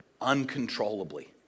uncontrollably